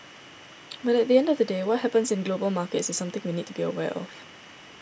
but at the end of the day what happens in global markets is something we need to be aware of